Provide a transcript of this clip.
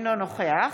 אינו נוכח